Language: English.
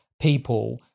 people